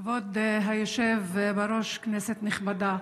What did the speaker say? כבוד היושב בראש, כנסת נכבדה,